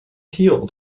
healed